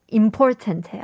important